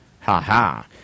Ha-ha